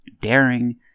daring